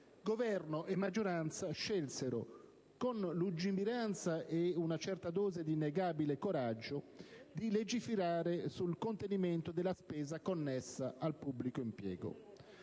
Governo e maggioranza scelsero - con lungimiranza e una certa dose di innegabile coraggio - di legiferare sul contenimento della spesa connessa al pubblico impiego.